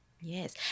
yes